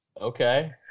Okay